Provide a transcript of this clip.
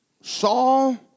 Saul